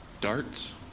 Darts